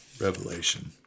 revelation